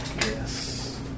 Yes